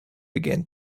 began